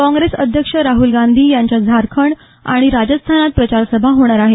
काँग्रेस अध्यक्ष राहल गांधी यांच्या झारखंड आणि राजस्थानात प्रचार सभा होणार आहेत